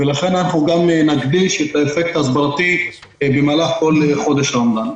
לכן אנחנו גם נדגיש את האפקט ההסברתי במהלך כל חודש הרמדאן.